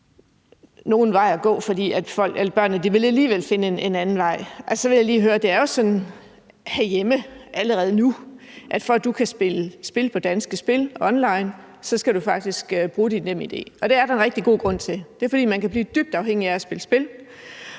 finde en anden vej. Så vil jeg lige høre om noget. Det er jo sådan herhjemme allerede nu, at du for at kunne spille spil på Danske Spil online faktisk skal bruge dit NemID. Og det er der en rigtig god grund til. Det er, fordi man kan blive dybt afhængig af at spille spil,